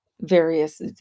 various